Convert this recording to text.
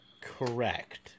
Correct